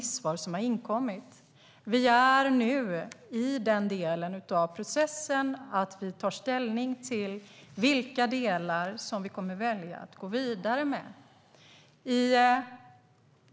Vi är nu i den del av processen där vi tar ställning till vilka delar vi ska gå vidare med.